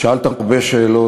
שאלת הרבה שאלות,